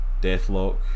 Deathlock